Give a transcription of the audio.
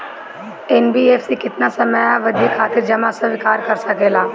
NBFC केतना समयावधि खातिर जमा स्वीकार कर सकला?